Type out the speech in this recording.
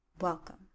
Welcome